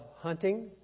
hunting